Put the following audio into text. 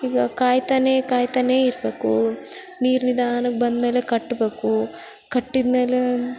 ಈಗ ಕಾಯ್ತಾನೆ ಕಾಯ್ತಾನೆ ಇರ್ಬೇಕು ನೀರು ನಿಧಾನಕ್ಕೆ ಬಂದಮೇಲೆ ಕಟ್ಟಬೇಕು ಕಟ್ಟಿದಮೇಲೆ